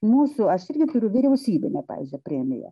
mūsų aš irgi turiu vyriausybinę pavyzdžiui premiją